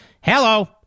Hello